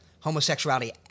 homosexuality